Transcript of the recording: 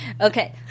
Okay